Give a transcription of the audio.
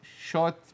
short